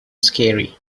scary